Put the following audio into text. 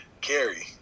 Carrie